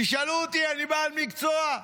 תשאלו אותי, אני בעל מקצוע.